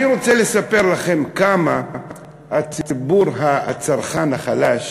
אני רוצה לספר לכם כמה הציבור הצרכן החלש